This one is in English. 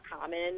common